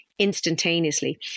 instantaneously